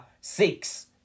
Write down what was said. six